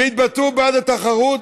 שהתבטאו בעד התחרות,